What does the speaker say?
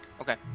Okay